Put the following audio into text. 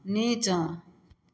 नीचाँ